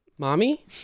Mommy